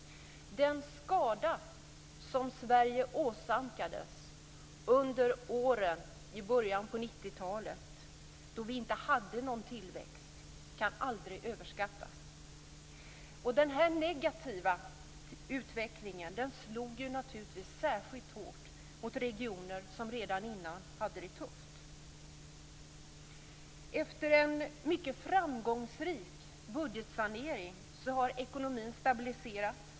Den skada som Sverige åsamkades under åren i början på 90-talet, då vi inte hade någon tillväxt, kan aldrig överskattas. Den här negativa utvecklingen slog naturligtvis särskilt hårt mot regioner som redan tidigare hade det tufft. Efter en mycket framgångsrik budgetsanering har ekonomin stabiliserats.